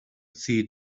see